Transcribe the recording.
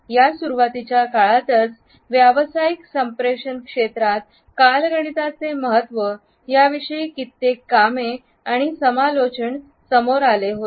या सुरुवातीच्या काळातच व्यावसायिक संप्रेषण क्षेत्रात कालगणितचे महत्त्व याविषयी कित्येक कामे आणि समालोचनां समोर आले होते